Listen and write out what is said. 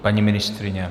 Paní ministryně?